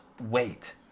wait